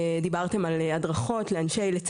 אתם דיברתם פה על הדרכות לאנשי רפואה,